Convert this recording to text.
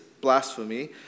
blasphemy